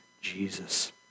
Jesus